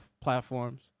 platforms